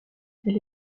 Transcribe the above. elle